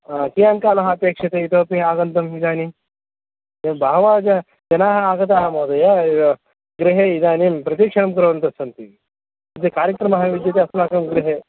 हा कियान् कालः अपेक्षते इतोपि आगन्तम् इदानीं एवं बहवः ज जनाः आगताः महोदय यद् गृहे इदानीं प्रतिक्षणं कुर्वन्तः सन्ति अद्य कार्यक्रमः विद्यते अस्माकं गृहे